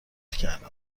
کردم